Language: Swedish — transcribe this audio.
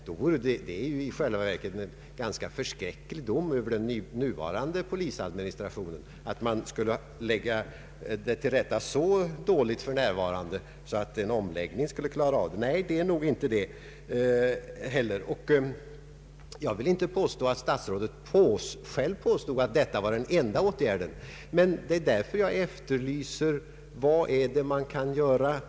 Det vore i själva verket en ganska hård dom över den nuvarande polisadministrationen om man skulle kunna lägga allt till rätta enbart genom en administrativ omläggning. Nej, så förhåller det sig nog inte. Jag vill inte påstå att statsrådet själv hävdar att detta var den enda åtgärden, men det är därför jag efterlyser vad man ytterligare kan göra.